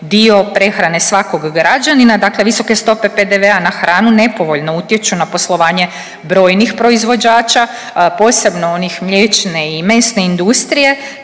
dio prehrane svakog građanina. Dakle, visoke stope PDV-a na hranu nepovoljno utječu na poslovanje brojnih proizvođača, posebno onih mliječne i mesne industrije